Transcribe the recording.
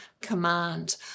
command